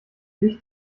licht